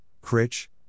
Critch